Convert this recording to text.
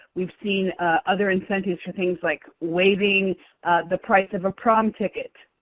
we've seen other incentives for things like waiving the price of a prom ticket.